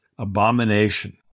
Abomination